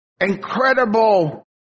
incredible